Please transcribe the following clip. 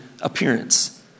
appearance